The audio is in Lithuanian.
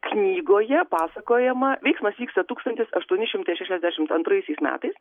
knygoje pasakojama veiksmas vyksta tūkstantis aštuoni šimtai šešiasdešim antraisiais metais